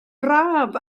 braf